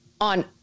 on